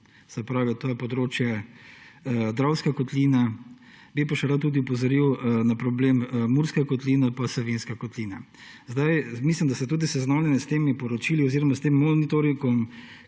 vodo. To je območje Dravske kotline, bi pa še rad tudi opozoril na problem Murske kotline in Savinjske kotline. Mislim, da ste tudi seznanjeni s temi poročili oziroma s tem monitoringom,